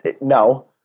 no